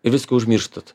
ir viską užmirštat